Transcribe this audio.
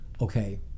okay